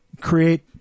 create